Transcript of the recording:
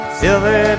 silver